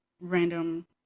random